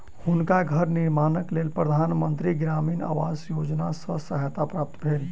हुनका घर निर्माणक लेल प्रधान मंत्री ग्रामीण आवास योजना सॅ सहायता प्राप्त भेल